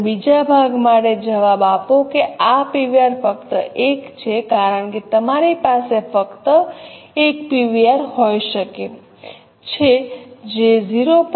ખરેખર બીજા ભાગ માટે જવાબ આપો કે આ પીવીઆર ફક્ત 1 છે કારણ કે તમારી પાસે ફક્ત 1 પીવીઆર હોઈ શકે છે જે 0